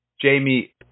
Jamie